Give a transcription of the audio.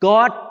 God